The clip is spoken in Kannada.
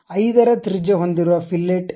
5 ರ ತ್ರಿಜ್ಯ ಹೊಂದಿರುವ ಫಿಲೆಟ್ ಇದೆ